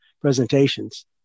presentations